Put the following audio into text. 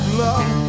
love